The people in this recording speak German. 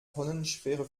tonnenschwere